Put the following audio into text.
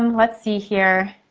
um let's see here.